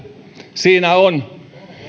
siinä on